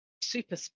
super